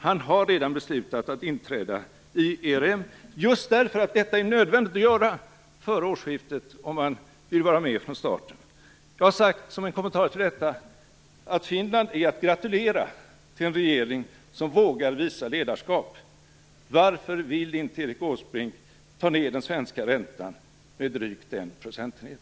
Han har redan beslutat att inträda i ERM - just därför att detta är nödvändigt att göra före årsskiftet om man vill vara med från starten. Jag har som en kommentar till detta sagt att Finland är att gratulera till en regering som vågar visa ledarskap. Varför vill inte Erik Åsbrink ta ned den svenska räntan med drygt en procentenhet?